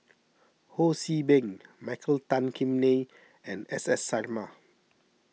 Ho See Beng Michael Tan Kim Nei and S S Sarma